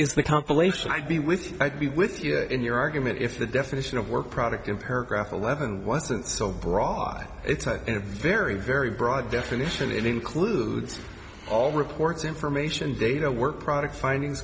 is the compilation i'd be with you i'd be with you in your argument if the definition of work product in paragraph eleven wasn't so it's a very very broad definition it includes all reports information data work product finding